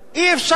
אי-אפשר.